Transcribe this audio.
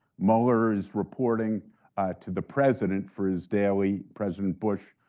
mueller is reporting to the president for his daily, president bush,